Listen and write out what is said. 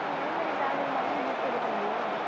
library card இருந்தாதானே book எடுக்க முடியும்